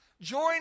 Join